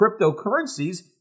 cryptocurrencies